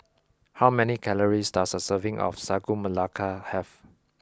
how many calories does a serving of Sagu Melaka have